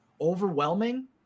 overwhelming